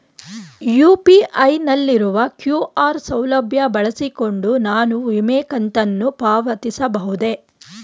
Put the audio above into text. UPI ನಲ್ಲಿರುವ QR ಸೌಲಭ್ಯ ಬಳಸಿಕೊಂಡು ನಾನು ವಿಮೆ ಕಂತನ್ನು ಪಾವತಿಸಬಹುದೇ?